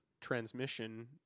transmission